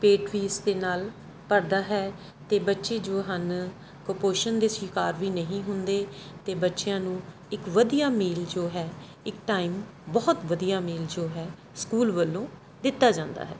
ਪੇਟ ਫੀਸ ਦੇ ਨਾਲ ਭਰਦਾ ਹੈ ਅਤੇ ਬੱਚੇ ਜੋ ਹਨ ਕੁਪੋਸ਼ਣ ਦੇ ਸ਼ਿਕਾਰ ਵੀ ਨਹੀਂ ਹੁੰਦੇ ਅਤੇ ਬੱਚਿਆਂ ਨੂੰ ਇੱਕ ਵਧੀਆ ਮੀਲ ਜੋ ਹੈ ਇੱਕ ਟਾਈਮ ਬਹੁਤ ਵਧੀਆ ਮੀਲ ਜੋ ਹੈ ਸਕੂਲ ਵੱਲੋਂ ਦਿੱਤਾ ਜਾਂਦਾ ਹੈ